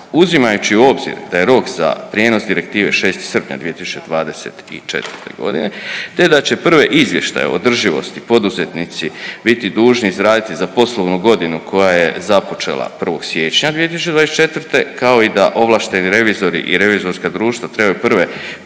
Uzimajući u obzir da je rok za prijenos direktive 6. srpnja 2024.g., te da će prve izvještaje o održivosti poduzetnici biti dužni izraditi za poslovnu godinu koja je započela 1. siječnja 2024., kao i da ovlašteni revizori i revizorska društva trebaju prve provjere